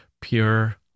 pure